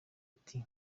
ati